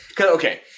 Okay